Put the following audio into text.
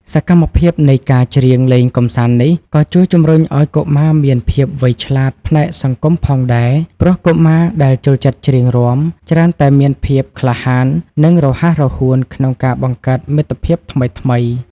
សកម្មភាពនៃការច្រៀងលេងកម្សាន្តនេះ ក៏ជួយជំរុញឱ្យកុមារមានភាពវៃឆ្លាតផ្នែកសង្គមផងដែរ ព្រោះកុមារដែលចូលចិត្តច្រៀងរាំ ច្រើនតែមានភាពក្លាហាន និងរហ័សរហួនក្នុងការបង្កើតមិត្តភាពថ្មីៗ។